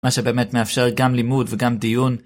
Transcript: מה שבאמת מאפשר גם לימוד וגם דיון.